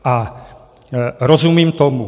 A rozumím tomu.